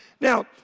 Now